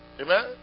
Amen